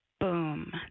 boom